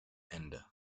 ende